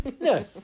no